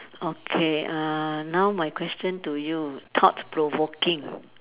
okay uh now my question to you thought provoking